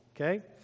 okay